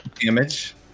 Damage